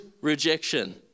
rejection